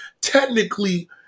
technically